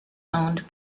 owned